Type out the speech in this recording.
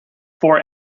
for